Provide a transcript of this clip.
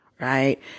right